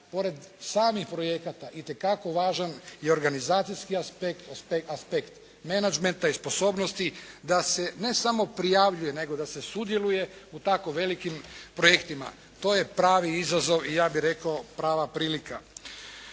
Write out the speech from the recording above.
pored samih projekata itekako važan i organizacijski aspekt, aspekt menadžmenta i sposobnosti da se ne samo prijavljuje, nego da se sudjeluje u tako velikim projektima. To je pravi izazov i ja bih rekao prava prilika.